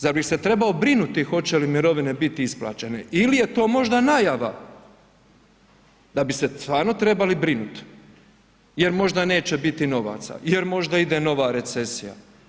Zar bi se trebao brinuti hoće li mirovine biti isplaćene ili je to možda najava da bi se stvarno trebali brinuti jer možda neće biti novaca, jer možda ide nova recesija?